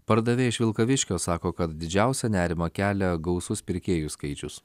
pardavėja iš vilkaviškio sako kad didžiausią nerimą kelia gausus pirkėjų skaičius